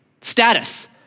status